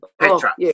Petra